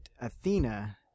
Athena